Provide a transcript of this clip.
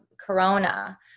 Corona